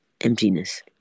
emptiness